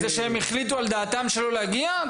זה שהם החליטו על דעת עצמם לא להגיע זה עניין שלהם.